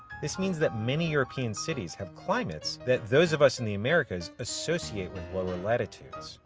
this means that many european cities have climates that those of us in the americas associate with lower latitudes.